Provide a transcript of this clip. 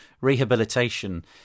rehabilitation